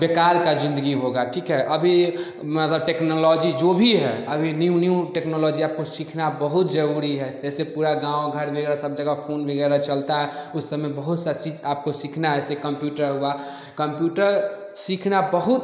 बेकार का ज़िन्दगी होगा ठीक है अभी मतलब टेक्नोलॉजी जो भी है अभी न्यू न्यू टेक्नोलॉजी आपको सीखना बहुत जरूरी है जैसे पूरा गाँव घर वगैरह सब जगह फ़ोन वगैरह चलता है उस समय बहुत सा चीज आपको सीखना है ऐसे कंप्यूटर हुआ कंप्यूटर सीखना बहुत